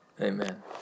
Amen